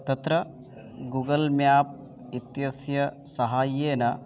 तत्र Google map इत्यस्य सहाय्येन